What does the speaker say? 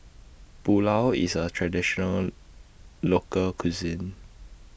Pulao IS A Traditional Local Cuisine